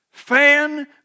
Fan